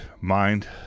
mind